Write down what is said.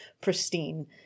pristine